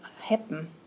happen